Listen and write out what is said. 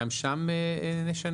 גם שם נשנה?